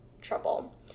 trouble